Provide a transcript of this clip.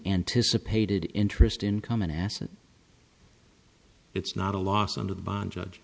anticipated interest income an asset it's not a loss under the bond judge